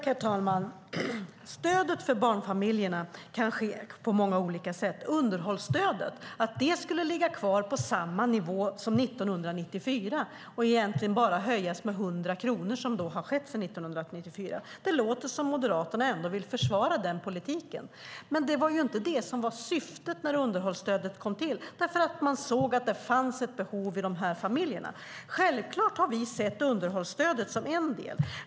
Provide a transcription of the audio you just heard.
Herr talman! Man kan stödja barnfamiljerna på många olika sätt. Att låta underhållsstödet ligga kvar på samma nivå som 1994, det har bara höjts med 100 kronor 1994, låter som att Moderaterna vill försvara den politiken. Det var inte syftet med underhållsstödet när det kom till. Man såg att det fanns ett behov av stödet i familjerna. Självklart har vi sett underhållsstödet som endast en del.